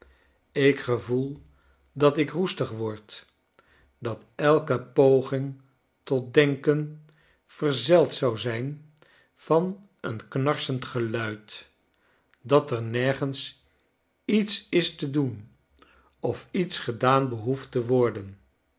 ik gevoel dat ik roestig word dat elke poging tot denken verzeld zou zijn van eenknarsendgeluid dat er nergens iets is te doen of iets gedaan behoeft te worden